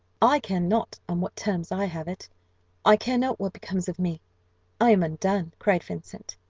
i care not on what terms i have it i care not what becomes of me i am undone! cried vincent.